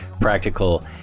practical